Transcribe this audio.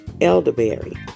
Elderberry